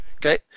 Okay